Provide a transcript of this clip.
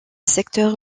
secteur